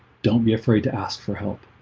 don't be afraid to ask for help